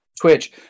Twitch